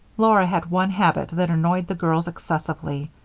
laura had one habit that annoyed the girls excessively,